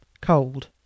cold